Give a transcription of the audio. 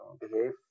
behave